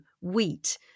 wheat